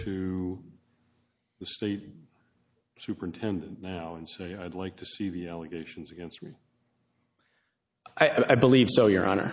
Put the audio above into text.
to the state superintendent now and say i'd like to see the allegations against me i believe so your hon